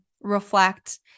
reflect